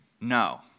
No